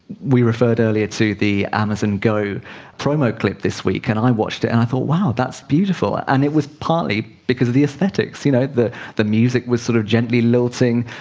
we referred earlier to the amazon go promo clip this week and i watched it and i thought, wow, that's beautiful, and it was partly because of the aesthetics. you know the the music was sort of gently lilting,